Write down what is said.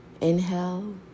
inhale